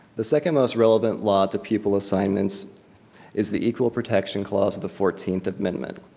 the second most relevant law to pupil assignments is the equal protection clause of the fourteenth amendment.